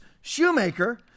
Shoemaker